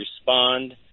respond